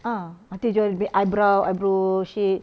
ah nanti dia jual dia punya eyebrow eyebrow shade